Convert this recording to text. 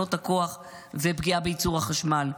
תחנות הכוח ופגיעה בייצור החשמל.